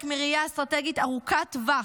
כחלק מראייה אסטרטגית ארוכת טווח,